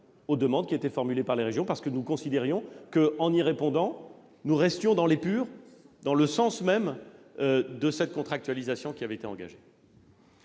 aux demandes formulées par les régions, parce que nous considérions que, ce faisant, nous restions dans l'épure, dans le sens même de cette contractualisation qui avait été engagée.